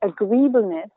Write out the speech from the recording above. agreeableness